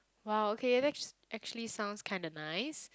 !wow! okay that's actually sounds kinda nice